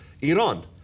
Iran